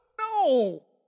No